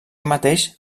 mateix